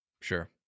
Sure